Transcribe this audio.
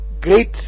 great